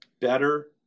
better